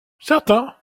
certains